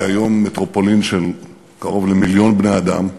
היא היום מטרופולין של קרוב למיליון בני-אדם.